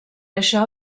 això